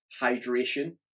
hydration